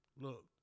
look